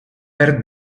per